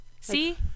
See